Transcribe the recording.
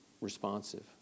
responsive